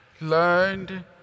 learned